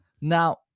now